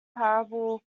parable